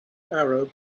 arab